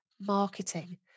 marketing